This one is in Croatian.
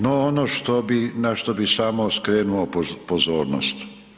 No, ono što bi, na što bi samo skrenuo pozornost.